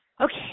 okay